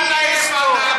אללה יסתור.